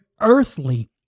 earthly